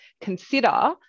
consider